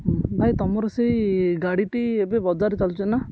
ଭାଇ ତମର ସେଇ ଗାଡ଼ିଟି ଏବେ ବଜାର ଚାଲୁଛି ନା